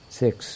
six